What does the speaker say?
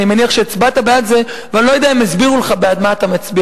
אני מניח שהצבעת בעד זה ואני לא יודע אם הסבירו לך בעד מה אתה מצביע.